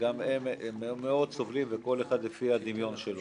שגם כך הם מאוד סובלים, כל אחד לפי הדמיון שלו.